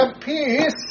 peace